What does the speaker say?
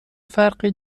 فرقی